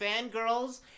fangirls